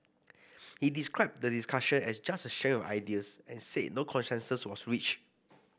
he described the discussion as just a sharing of ideas and said no consensus was reached